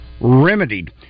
remedied